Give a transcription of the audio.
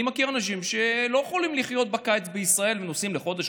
אני מכיר אנשים שלא יכולים לחיות בקיץ בישראל ונוסעים לחודש,